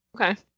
okay